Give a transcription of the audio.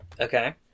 Okay